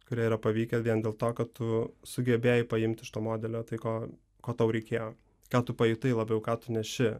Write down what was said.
kurie yra pavykę vien dėl to kad tu sugebėjai paimt iš to modelio tai ko ko tau reikėjo ką tu pajutai labiau ką tu neši